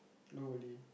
nobody